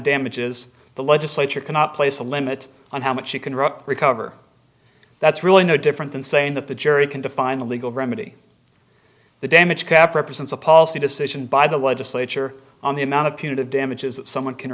damages the legislature cannot place a limit on how much you can rock recover that's really no different than saying that the jury can define a legal remedy the damage cap represents a policy decision by the legislature on the amount of punitive damages that someone can